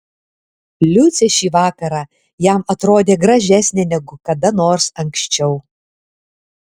liucė šį vakarą jam atrodė gražesnė negu kada nors anksčiau